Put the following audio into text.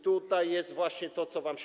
Tutaj jest właśnie to, co wam się.